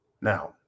Now